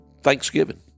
Thanksgiving